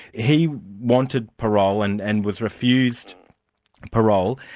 he wanted parole and and was refused parole.